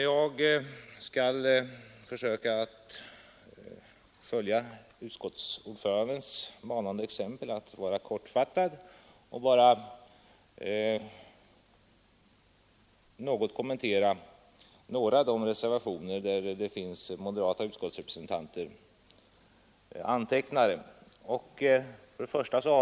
Jag skall försöka följa utskottsordförandens manande exempel att vara kortfattad, och jag vill bara något kommentera en del av de reservationer som undertecknats av moderata utskottsrepresentanter.